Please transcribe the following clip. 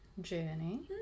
journey